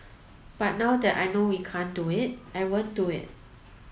but now that I know we can't do it I won't do it